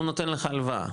הוא נותן לך הלוואה.